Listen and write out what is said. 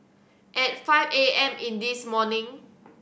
at five A M in this morning